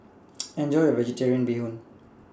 Enjoy your Vegetarian Bee Hoon